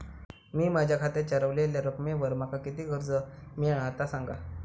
मी माझ्या खात्याच्या ऱ्हवलेल्या रकमेवर माका किती कर्ज मिळात ता सांगा?